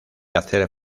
hacer